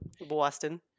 Boston